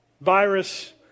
virus